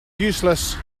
useless